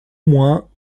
moins